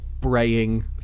braying